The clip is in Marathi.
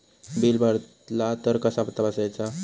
बिल भरला तर कसा तपसायचा?